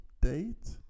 date